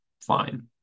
fine